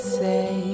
say